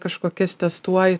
kažkokias testuoju